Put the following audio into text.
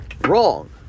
wrong